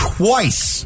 twice